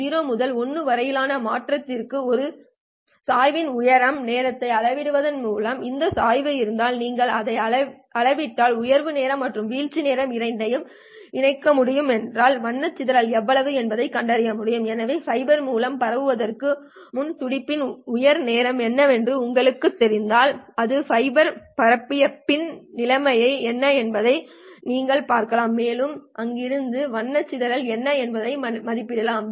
0 முதல் 1 வரையிலான மாற்றத்திலிருந்து இந்த சாய்வின் உயர்வு நேரத்தை அளவிடுவதன் மூலம் இந்த சாய்வு இருந்தால் நீங்கள் அதை அளவிட்டால் உயர்வு நேரம் மற்றும் வீழ்ச்சி நேரம் இரண்டையும் இணைக்க முடியும் என்றால் வண்ண சிதறல் எவ்வளவு என்பதைக் கண்டறிய முடியும் எனவே ஃபைபர் மூலம் பரப்புவதற்கு முன் துடிப்பின் உயர்வு நேரம் என்னவென்று உங்களுக்குத் தெரிந்தால் அது ஃபைபர் பரப்பிய பின் நிலைமை என்ன என்பதை நீங்கள் பார்க்கலாம் மேலும் அங்கிருந்து வண்ண சிதறல் என்ன என்பதை மதிப்பிடலாம்